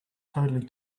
totally